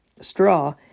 straw